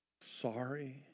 sorry